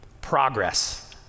Progress